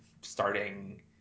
starting